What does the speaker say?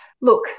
Look